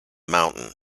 mountain